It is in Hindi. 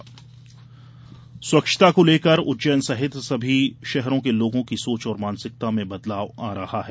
मोहन यादव स्वच्छता को लेकर उज्जैन सहित सभी शहरों के लोंगों की सोच और मानसिकता में बदलाव आ रहा है